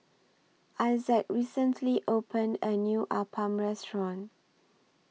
Issac recently opened A New Appam Restaurant